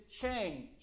change